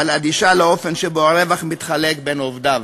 אבל אדישה לאופן שבו הרווח מתחלק בין עובדיו.